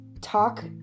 talk